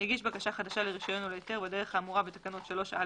יגיש בקשה חדשה לרישיון או להיתר בדרך האמורה בתקנות 3א,